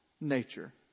nature